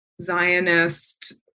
Zionist